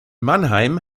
mannheim